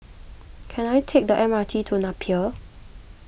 can I take the M R T to Napier